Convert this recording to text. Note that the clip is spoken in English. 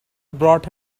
brought